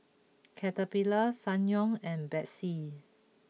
Caterpillar Ssangyong and Betsy